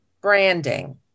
branding